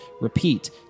Repeat